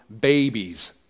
babies